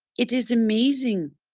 it is amazing